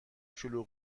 شلوغ